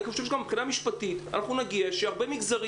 אני חושב שגם מבחינה משפטית נגיע לזה שהרבה מגזרים